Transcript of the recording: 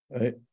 Right